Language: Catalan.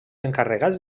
encarregats